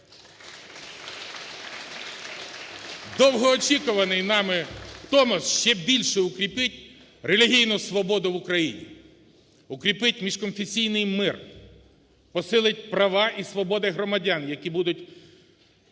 Довгоочікуваний нами Томос ще більше укріпить релігійну свободу в Україні, укріпить міжконфесійний мир, посиль права і свободи громадян, які будуть,